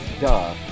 Duh